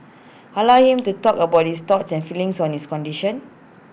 allow him to talk about his thoughts and feelings on his condition